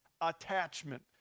attachment